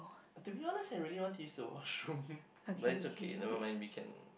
to be honest I really want to use the washroom but it's okay never mind we can